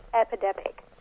epidemic